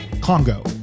Congo